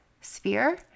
sphere